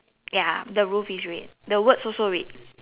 ya the roof is red the words also red